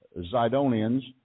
Zidonians